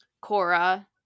Cora